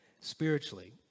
spiritually